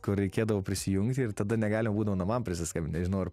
kur reikėdavo prisijungti ir tada negali būna namam prisiskambint nežinau ar